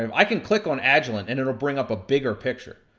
um i can click on agilent and it'll bring up a bigger picture.